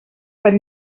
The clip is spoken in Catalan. per